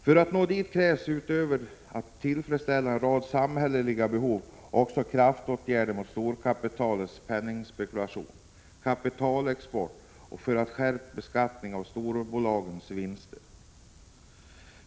För att nå dit krävs utöver åtgärder för att tillfredsställa en rad samhälleliga behov också kraftåtgärder mot storkapitalets penningspekulation och kapitalexport och för skärpt beskattning av storbolagens vinster.